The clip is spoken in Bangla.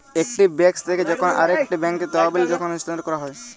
একটি বেঙ্ক থেক্যে যখন আরেকটি ব্যাঙ্কে তহবিল যখল স্থানান্তর ক্যরা হ্যয়